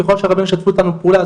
ככל שהרבנים ישתפו איתנו פעולה,